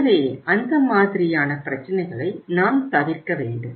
எனவே அந்த மாதிரியான பிரச்சினைகளை நாம் தவிர்க்க வேண்டும்